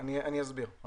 אני אסביר.